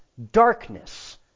darkness